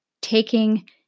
taking